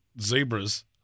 zebras